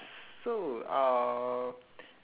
so uh